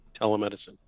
telemedicine